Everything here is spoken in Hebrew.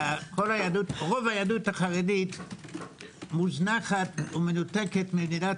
רוב היהדות החרדית מוזנחת ומנותקת ממדינת